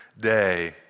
day